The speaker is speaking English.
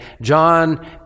John